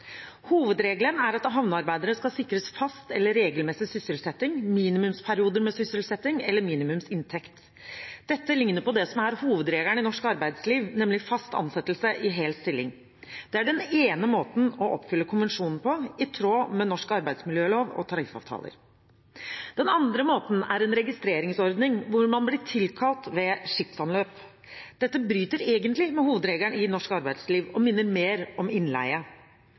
Hovedregelen er at havnearbeidere skal sikres fast eller regelmessig sysselsetting, minimumsperioder med sysselsetting eller minimumsinntekt. Dette ligner på det som er hovedregelen i norsk arbeidsliv, nemlig fast ansettelse i hel stilling. Det er den ene måten å oppfylle konvensjonen på, i tråd med norsk arbeidsmiljølov og tariffavtaler. Den andre måten er en registreringsordning hvor man blir tilkalt ved skipsanløp. Dette bryter egentlig med hovedregelen i norsk arbeidsliv og minner mer om innleie.